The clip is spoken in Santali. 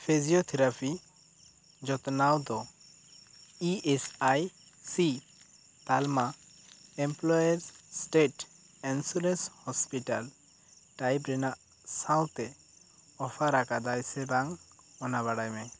ᱯᱷᱤᱡᱤᱭᱳᱛᱷᱮᱨᱟᱯᱷᱤ ᱡᱚᱛᱚᱱᱟᱣ ᱫᱚ ᱤ ᱮᱥ ᱟᱭ ᱥᱤ ᱛᱟᱞᱢᱟ employees state insurance hospital type ᱨᱮᱱᱟᱜ ᱥᱟᱶᱛᱮ ᱚᱯᱷᱟᱨ ᱟᱠᱟᱫᱟᱭ ᱥᱮ ᱵᱟᱝ ᱚᱱᱟ ᱵᱟᱲᱟᱭ ᱢᱮ